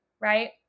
right